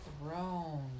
throne